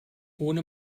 ohne